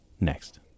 next